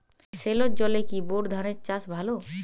সেলোর জলে কি বোর ধানের চাষ ভালো?